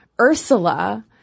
Ursula